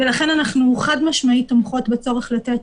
לכן אנחנו חד-משמעית תומכות בצורך לתת